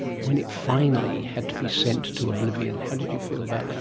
when it finally had to be sent to oblivion, how did you feel about that?